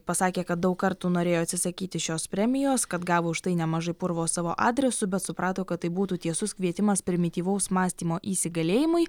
pasakė kad daug kartų norėjo atsisakyti šios premijos kad gavo už tai nemažai purvo savo adresu bet suprato kad tai būtų tiesus kvietimas primityvaus mąstymo įsigalėjimui